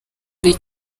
ari